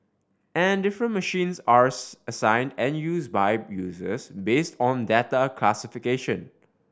and different machines are assigned and used by users based on data classification